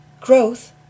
Growth